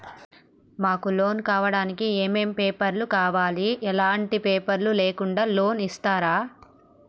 మాకు లోన్ కావడానికి ఏమేం పేపర్లు కావాలి ఎలాంటి పేపర్లు లేకుండా లోన్ ఇస్తరా?